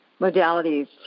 modalities